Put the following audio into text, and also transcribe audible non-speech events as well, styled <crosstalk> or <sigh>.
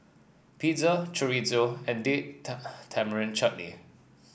Pizza Chorizo and Date <unintelligible> Tamarind Chutney